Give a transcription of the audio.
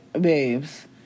babes